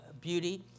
beauty